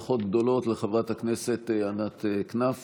הוא יכול לרכוש את התוכן הזה באוניברסיטה בחיפה,